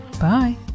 Bye